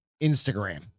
Instagram